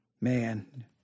man